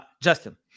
Justin